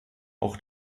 auch